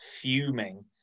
fuming